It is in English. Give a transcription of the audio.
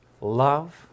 love